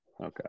okay